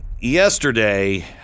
yesterday